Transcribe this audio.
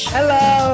Hello